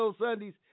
Sundays